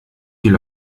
viel